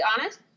honest